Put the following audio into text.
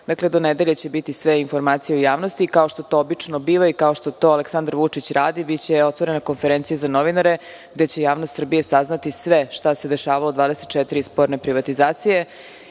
Dakle, do nedelje će biti sve informacije u javnosti. Kao što to obično biva i kao što to Aleksandar Vučić radi, biće otvorena konferencija za novinare gde će javnost Srbije saznati sve šta se dešavalo u 24 sporne privatizacije